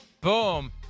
Boom